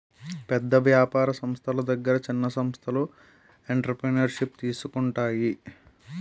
పెద్ద వ్యాపార సంస్థల దగ్గర చిన్న సంస్థలు ఎంటర్ప్రెన్యూర్షిప్ తీసుకుంటాయి